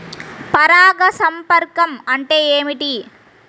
పరాగ సంపర్కం అంటే ఏమిటి?